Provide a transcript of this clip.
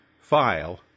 file